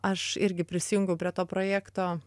aš irgi prisijungiau prie to projekto